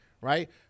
right